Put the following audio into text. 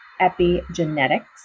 epigenetics